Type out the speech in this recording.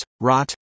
rot